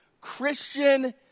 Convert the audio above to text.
Christian